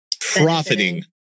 profiting